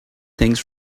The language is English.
things